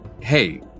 Hey